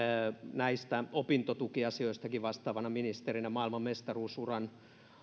näistä opintotukiasioistakin vastaavana ministerinä maailmanmestaruus uran